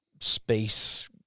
space